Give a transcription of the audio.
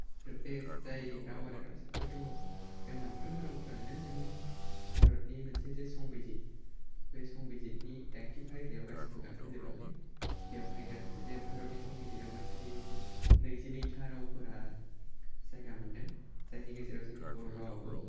आरो बे जाय राव आरो रावसाफोर दङ बे मोनफ्रोमबो रावफोरानो जोंनि भारतनि मोनसे जे संबिजिर बे संबिजिरनि दायनथि फारिलाइयाव गासिबो गाखोजोबाखै बेवहाय बे भारतनि संबिजिराव गासै नैजिनै था रावफोरा जायगा मोनदों जायनि गेजेराव जोंनि बर' रावआबो